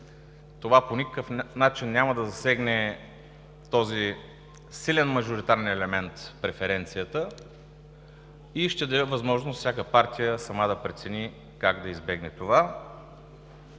това по никакъв начин няма да засегне този силен мажоритарен елемент – преференцията, и ще даде възможност всяка партия сама да прецени как да избегне това.